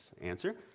Answer